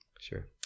Sure